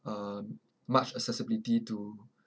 uh much accessibility to